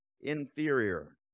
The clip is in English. inferior